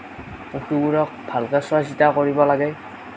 পশুবোৰক ভালকৈ চোৱা চিতা কৰিব লাগে